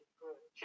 good